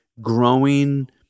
growing –